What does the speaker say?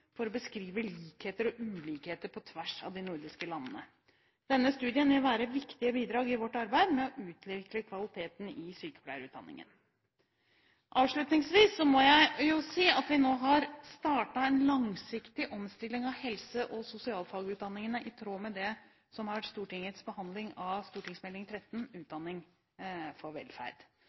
for å beskrive likheter og ulikheter på tvers av de nordiske landene. Denne studien vil være et viktig bidrag i vårt arbeid med å utvikle kvaliteten i sykepleierutdanningen. Avslutningsvis må jeg si at vi nå har startet den langsiktige omstillingen av helse- og sosialfagutdanningene i tråd med Stortingets behandling av Meld. St. 13, Utdanning for velferd.